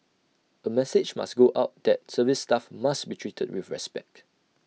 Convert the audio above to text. A message must go out that service staff must be treated with respect